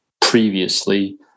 previously